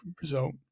result